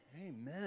amen